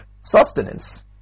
sustenance